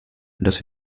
dass